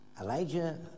Elijah